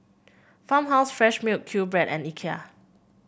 Farmhouse Fresh Milk QBread and Ikea